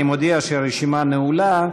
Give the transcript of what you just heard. אני מודיע שהרשימה נעולה.